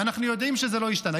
ואנחנו יודעים שזה לא השתנה.